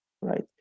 right